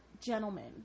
gentlemen